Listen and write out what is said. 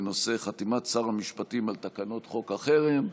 בנושא: חתימת שר המשפטים על תקנות חוק החרם,